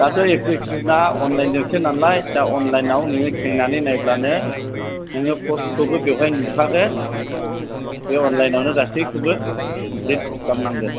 दाथ' एप्लिकेसना अनलाइनजोंसो नालाय दा अनलाइनाव नों खेंनानै नायब्लानो नोङो पस्टखौबो बेवहाय नुखागोन बे अनलाइनआवनो गासैखौबो कमफ्लिट खालामनांगोन